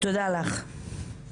תודה לך.